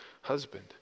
husband